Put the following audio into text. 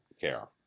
care